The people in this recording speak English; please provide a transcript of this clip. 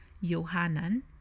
Yohanan